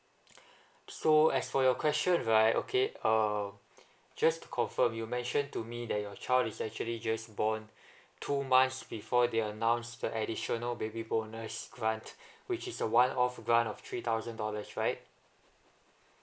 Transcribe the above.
so as for your question right okay um just to confirm you mentioned to me that your child is actually just born two months before they announce the additional baby bonus grant which is a one off grant of three thousand dollars right